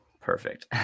Perfect